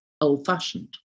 old-fashioned